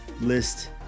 list